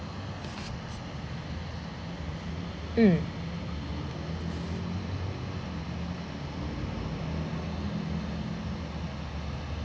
mm